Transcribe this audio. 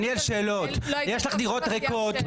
יש לך דירות ריקות.